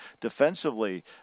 defensively